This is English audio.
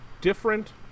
different